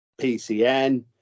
pcn